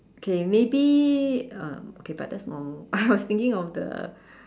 okay maybe um but that's normal I was thinking of the